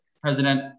President